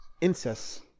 incest